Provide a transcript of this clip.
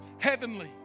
heavenly